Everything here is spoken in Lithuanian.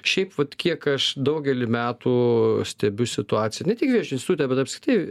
šiaip vat kiek aš daugelį metų stebiu situaciją ne tik vėžio institute bet apskritai